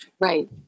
Right